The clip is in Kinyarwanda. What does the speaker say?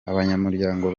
abanyamuryango